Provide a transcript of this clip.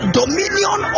dominion